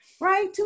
right